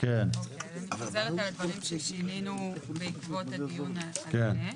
אני חוזרת על הדברים ששינינו בעקבות הדיון הזה.